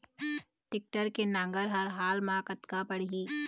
Tractor के नांगर हर हाल मा कतका पड़िही?